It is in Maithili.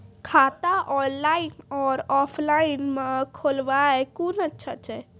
खाता ऑनलाइन और ऑफलाइन म खोलवाय कुन अच्छा छै?